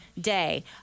day